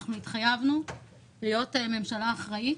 התחייבנו להיות ממשלה אחראית